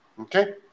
okay